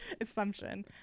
assumption